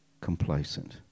complacent